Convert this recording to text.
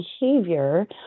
behavior